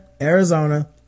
Arizona